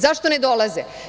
Zašto ne dolaze?